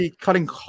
cutting